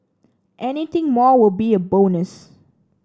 anything more will be a bonus